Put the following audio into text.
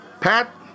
Pat